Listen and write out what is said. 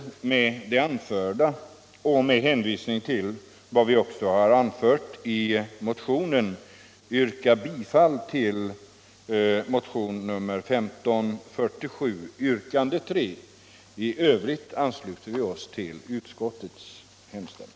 Med det anförda och med hänvisning till vad som anförs i motionen hemställer jag om bifall till yrkande 3 i motionen 1547. I övrigt ansluter vi oss till utskottets hemställan.